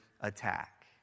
attack